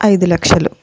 ఐదు లక్షలు